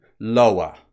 lower